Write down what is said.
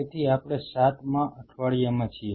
તેથી આપણે 7 માં અઠવાડિયામાં છીએ